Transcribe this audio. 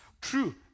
true